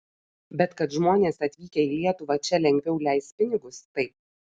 bet kad žmonės atvykę į lietuvą čia lengviau leis pinigus taip